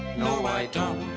no, i don't